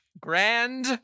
grand